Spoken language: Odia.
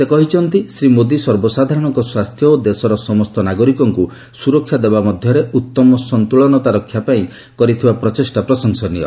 ସେ କହିଛନ୍ତି ଶ୍ରୀ ମୋଦି ସର୍ବସାଧାରଣଙ୍କ ସ୍ୱାସ୍ଥ୍ୟ ଓ ଦେଶର ସମସ୍ତ ନାଗରିକଙ୍କୁ ସୁରକ୍ଷା ଦେବା ମଧ୍ୟରେ ଉତ୍ତମ ସନ୍ତୁଳନତା ରକ୍ଷା ପାଇଁ କରିଥିବା ପ୍ରଚେଷ୍ଟା ପ୍ରଶଂସନୀୟ